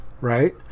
right